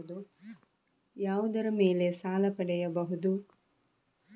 ಯಾವುದರ ಮೇಲೆ ಸಾಲ ಪಡೆಯಬಹುದು?